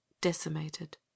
decimated